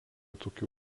tokių